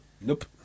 Nope